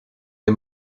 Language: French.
des